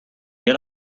get